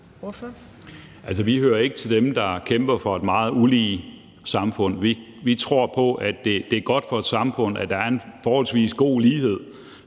Vi hører ikke til dem, der kæmper for et meget ulige samfund. Vi tror på, at det er godt for et samfund, at der er en forholdsvis god lighed,